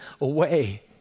away